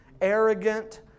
arrogant